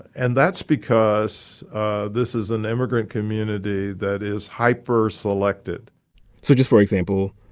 and that's because this is an immigrant community that is hyper selected so just for example,